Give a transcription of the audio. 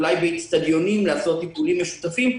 אולי באצטדיונים לעשות טיפולים משותפים.